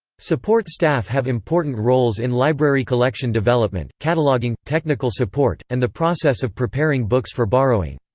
support staff have important roles in library collection development, cataloging, technical support, and the process of preparing books for borrowing.